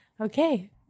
Okay